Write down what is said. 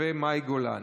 ומאי גולן,